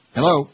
Hello